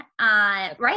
right